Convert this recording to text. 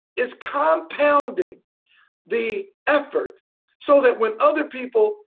it's compounding the effort so that when other people